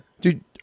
Dude